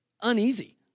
uneasy